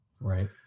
Right